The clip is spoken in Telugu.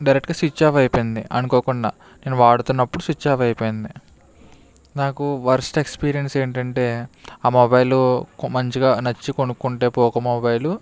డైరెక్ట్గా స్విచ్ ఆఫ్ అయిపోయింది అనుకోకుండా నేను వాడుతున్నప్పుడు స్విచ్ ఆఫ్ అయిపోయింది నాకు వర్స్ట్ ఎక్స్పీరియన్స్ ఏంటంటే ఆ మొబైల్ మంచిగా నచ్చి కొనుక్కుంటే పోకో మొబైల్